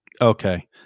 Okay